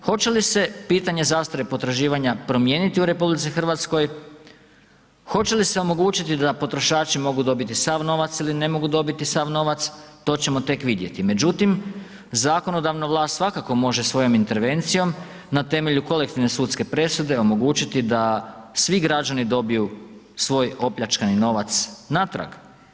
Hoće li se pitanje zastare potraživanja promijeniti u RH, hoće li se omogućiti da potrošači mogu dobiti sav novac ili ne mogu dobiti sav novac, to ćemo tek vidjeti međutim, zakonodavna vlast svakako može svojom intervencijom na temelju kolektivne sudske presude omogućiti da svi građani dobiju svoj opljačkani novac natrag.